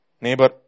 neighbor